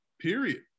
period